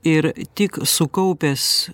ir tik sukaupęs